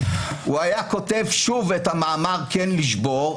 הוא היה כותב שוב את המאמר "כן לשבור",